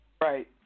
Right